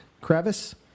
crevice